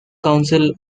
council